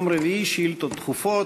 יום רביעי, שאילתות דחופות.